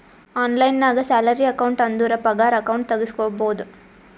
online ನಾಗ್ salary account ಅಂದುರ್ ಪಗಾರ ಅಕೌಂಟ್ ತೆಗುಸ್ಬೋದು